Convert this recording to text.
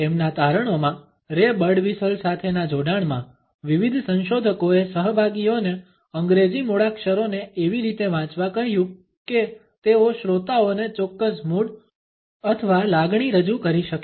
તેમના તારણોમાં Ray Birdwhistell સાથેના જોડાણમાં વિવિધ સંશોધકોએ સહભાગીઓને અંગ્રેજી મૂળાક્ષરોને એવી રીતે વાંચવા કહ્યું કે તેઓ શ્રોતાઓને ચોક્કસ મૂડ અથવા લાગણી રજૂ કરી શકે